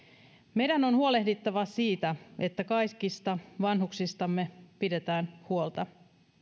meidän on huolehdittava siitä että kaikista vanhuksistamme pidetään huolta